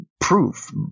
proof